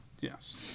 Yes